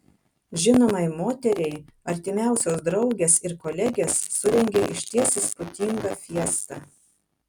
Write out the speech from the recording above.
žinomai moteriai artimiausios draugės ir kolegės surengė išties įspūdingą fiestą